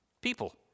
people